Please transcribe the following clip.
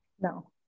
No